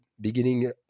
beginning